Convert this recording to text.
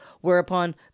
whereupon